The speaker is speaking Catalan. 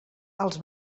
els